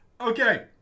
Okay